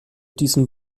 diesem